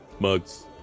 Mugs